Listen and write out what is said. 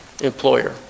employer